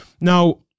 Now